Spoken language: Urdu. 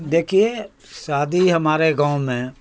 دیکھیے شادی ہمارے گاؤں میں